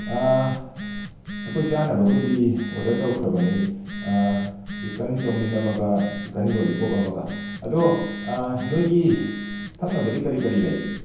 ꯑꯩꯈꯣꯏ ꯆꯥꯅꯕꯕꯨꯗꯤ ꯑꯣꯗꯔ ꯇꯧꯈ꯭ꯔꯕꯅꯤ ꯆꯤꯀꯟ ꯆꯧ ꯃꯤꯟ ꯑꯃꯒ ꯆꯤꯀꯟ ꯂꯣꯂꯤꯄꯣꯞ ꯑꯃꯒ ꯑꯗꯣ ꯅꯣꯏꯒꯤ ꯊꯛꯅꯕꯗꯤ ꯀꯔꯤ ꯀꯔꯤ ꯂꯩ